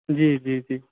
जी जी जी